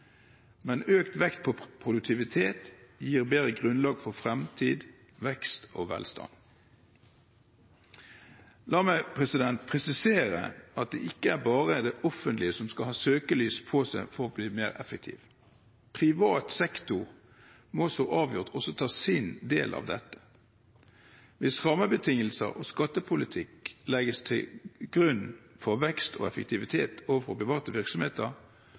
Men økt vekt på produktivitet gir bedre grunnlag for fremtid, vekst og velstand. La meg presisere at det ikke er bare det offentlige som skal ha søkelys på seg for å bli mer effektiv. Privat sektor må så avgjort også ta sin del av det. Hvis rammebetingelser og skattepolitikk legges til grunn for vekst og effektivitet overfor private virksomheter,